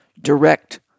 direct